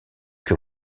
que